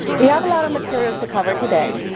we have a lot of materials to cover today.